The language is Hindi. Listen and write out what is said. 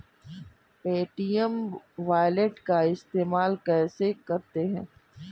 पे.टी.एम वॉलेट का इस्तेमाल कैसे करते हैं?